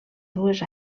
dues